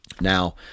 now